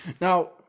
Now